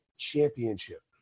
Championship